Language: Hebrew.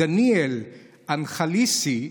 דניאל אנחליסי,